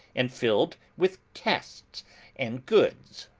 and filled with casks and goods,